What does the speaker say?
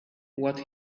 what